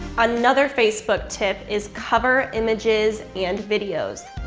another facebook tip is cover images and videos.